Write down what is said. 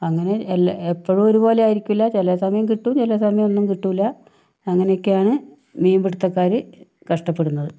അങ്ങനെ എല്ലാ എപ്പോഴും ഒരു പോലെ ആയിരിക്കുകയില്ല ചില സമയം കിട്ടും ചില സമയം ഒന്നും കിട്ടുകയില്ല അങ്ങനൊക്കെയാണ് മീൻപിടുത്തക്കാര് കഷ്ടപ്പെടുന്നത്